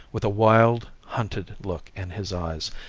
with a wild, hunted look in his eyes,